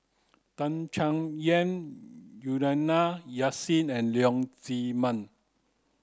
Tan Chay Yan Juliana Yasin and Leong Chee Mun